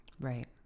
Right